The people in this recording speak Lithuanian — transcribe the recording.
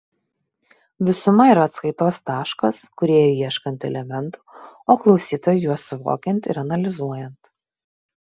visuma yra atskaitos taškas kūrėjui ieškant elementų o klausytojui juos suvokiant ir analizuojant